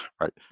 right